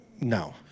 no